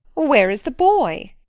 where is the boy?